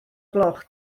gloch